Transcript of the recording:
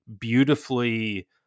beautifully